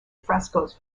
frescoes